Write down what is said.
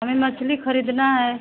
हमें मछली खरीदना है